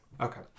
Okay